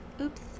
Oops